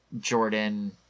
Jordan